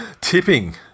Tipping